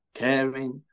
caring